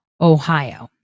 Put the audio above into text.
Ohio